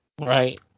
Right